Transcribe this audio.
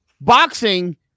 boxing